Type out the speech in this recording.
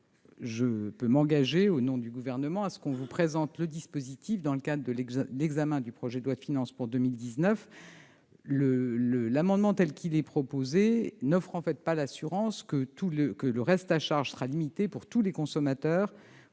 et je m'engage, au nom du Gouvernement, à vous présenter le dispositif dans le cadre de l'examen du projet de loi de finances pour 2019. L'amendement tel qu'il est rédigé ne permet pas de garantir que le reste à charge sera limité pour tous les consommateurs